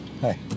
hi